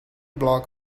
block